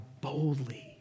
boldly